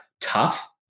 Tough